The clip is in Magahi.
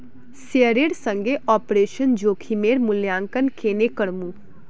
शेयरेर संगे ऑपरेशन जोखिमेर मूल्यांकन केन्ने करमू